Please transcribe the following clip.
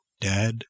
Dad